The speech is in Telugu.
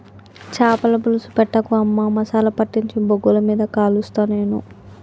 చాపల పులుసు పెట్టకు అమ్మా మసాలా పట్టించి బొగ్గుల మీద కలుస్తా నేను